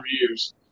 years